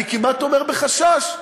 אני כמעט אומר בחשש,